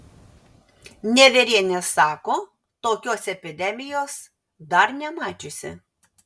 nevierienė sako tokios epidemijos dar nemačiusi